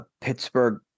Pittsburgh